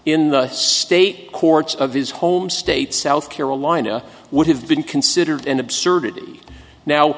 in the state courts of his home state south carolina would have been considered an absurdity now